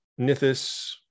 Nithis